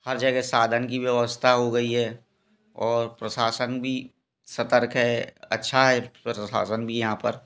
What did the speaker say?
हर जगह साधन की व्यवस्था हो गई है और प्रशासन भी सतर्क है अच्छा है प्रशासन भी यहाँ पर